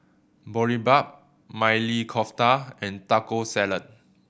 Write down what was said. Boribap Maili Kofta and Taco Salad